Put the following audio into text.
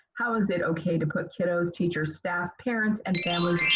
how is it okay to put kiddos, teachers, staff, parents, and families